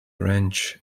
ranch